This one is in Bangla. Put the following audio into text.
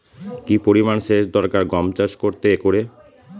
কি পরিমান সেচ দরকার গম চাষ করতে একরে?